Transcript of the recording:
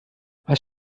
was